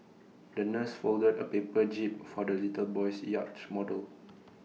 the nurse folded A paper jib for the little boy's yacht model